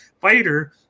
fighter